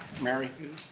mary hughes